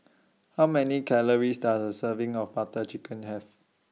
How Many Calories Does A Serving of Butter Chicken Have